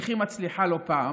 איך היא מצליחה לא פעם.